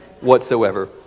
whatsoever